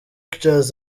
pictures